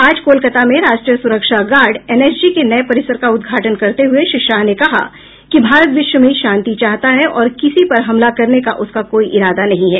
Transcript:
आज कोलकाता में राष्ट्रीय सुरक्षा गार्ड एनएसजी के नए परिसर का उद्घाटन करते हुए श्री शाह ने कहा कि भारत विश्व में शांति चाहता है और किसी पर हमला करने का उसका कोई इरादा नहीं है